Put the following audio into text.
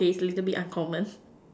okay it's a little bit uncommon